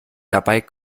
dabei